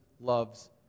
loves